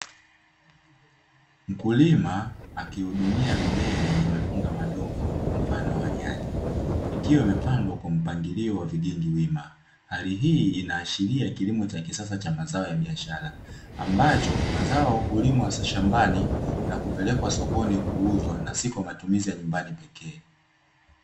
Mkulima akihudumia mimea yenye matunda madogo mfano wa nyanya ikiwa imepandwa kwa mpangilio wa vijingi wima, hali hii inaashiria kilimo cha kisasa cha mazao ya biashara ambacho mazao hulimwa shambani na kupelekwa sokoni kuuzwa na si kwa matumizi ya nyumbani pekee.